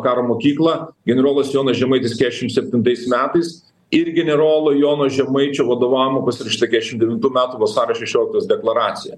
karo mokyklą generolas jonas žemaitis kesšim septintais metais ir generolo jono žemaičio vadovaujamo pasirašyta kesšim devintų metų vasario šešioliktos deklaracija